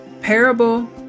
Parable